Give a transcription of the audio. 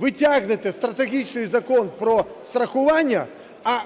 Ви тягнете стратегічний Закон про страхування, а